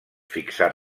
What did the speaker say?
fixar